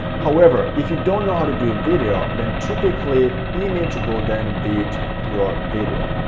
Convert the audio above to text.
however, if you don't know how to do video then typically image will then beat your video.